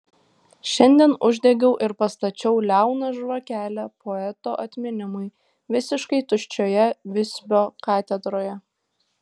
šiandien uždegiau ir pastačiau liauną žvakelę poeto atminimui visiškai tuščioje visbio katedroje